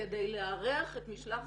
כדי לארח את משלחת.